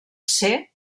ser